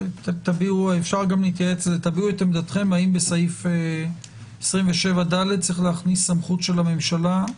תביעו את עמדתכם האם בסעיף 27ד צריך להכניס סמכות של הממשלה.